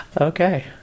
Okay